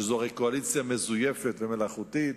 שזאת קואליציה מזויפת ומלאכותית.